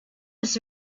was